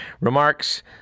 remarks